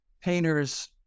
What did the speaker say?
painter's